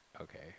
Okay